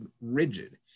rigid